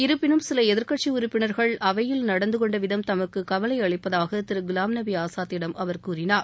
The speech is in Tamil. இருப்பினும் சில எதிர்க்கட்சி உறுப்பினர்கள் அவையில் நடந்தகொண்ட விதம் தமக்கு கவலையளிப்பதாக திரு குலாம்நபி ஆசாத்திடம் அவர் கூறினார்